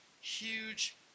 huge